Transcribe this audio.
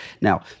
Now